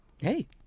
Hey